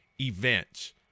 events